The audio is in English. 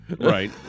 Right